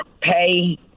pay